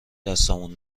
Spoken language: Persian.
دستمون